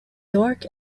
york